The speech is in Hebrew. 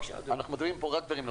אנחנו אומרים פה רק דברים נכונים.